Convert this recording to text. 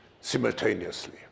simultaneously